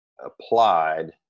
applied